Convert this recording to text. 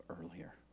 earlier